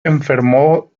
enfermó